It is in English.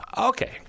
Okay